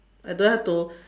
I don't have to